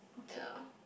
okay